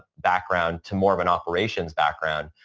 background to more of an operations background,